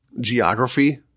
geography